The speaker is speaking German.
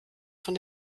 von